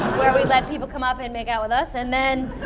where we let people come up and make out with us. and then,